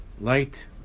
Light